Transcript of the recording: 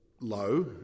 low